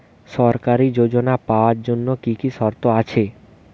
সরকারী যোজনা পাওয়ার জন্য কি কি শর্ত আছে?